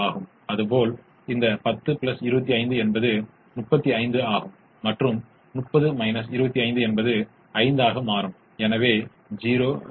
ஆகையால் தானாகவே அதிகபட்சத்திற்கான முதன்மைக்கான ஒவ்வொரு சாத்தியமான தீர்வும் முதன்மையின் உகந்த தீர்வைக் காட்டிலும் ஒரு புறநிலை செயல்பாட்டு மதிப்பைக் கொண்டிருக்கும்